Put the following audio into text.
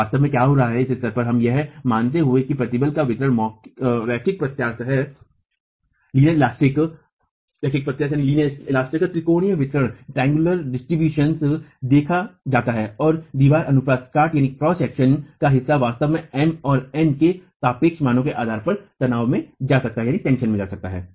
तो वास्तव में क्या हो रहा है इस स्तर पर हम यह मानते हुए कि प्रतिबल का वितरण रैखिक प्रत्यास्थ है त्रिकोणीय वितरण देखा जाता है और दीवार अनुप्रस्थ काट का हिस्सा वास्तव में M और N के सापेक्ष मानों के आधार पर तनाव में जा सकता है